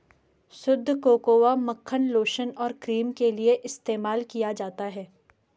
शुद्ध कोकोआ मक्खन लोशन और क्रीम के लिए इस्तेमाल किया जाता है